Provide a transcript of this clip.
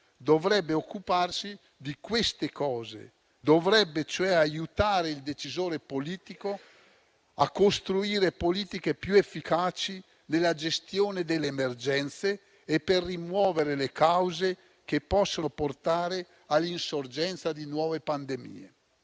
dovrebbe occuparsi di queste cose. Dovrebbe, cioè, aiutare il decisore politico a costruire politiche più efficaci nella gestione delle emergenze e per rimuovere le cause che possono portare all'insorgenza di nuove pandemie.